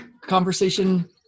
conversation